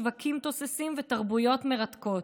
שווקים תוססים ותרבויות מרתקות.